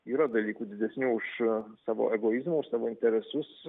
yra dalykų didesnių už savo egoizmą už savo interesus